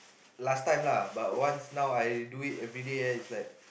last time lah but once now I do it every day ah it's like